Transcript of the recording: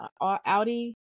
Audi